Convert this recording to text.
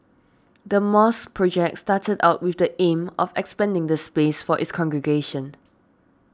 the mosque project started out with the aim of expanding the space for its congregation